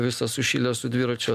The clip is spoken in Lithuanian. visas sušilęs su dviračiu